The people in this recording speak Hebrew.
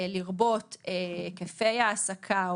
לרבות היקפי העסקה,